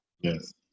Yes